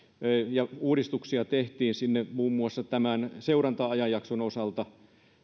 ja sinne tehtiin uudistuksia muun muassa tämän seuranta ajanjakson osalta